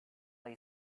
lay